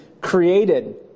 created